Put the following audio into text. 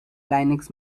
linux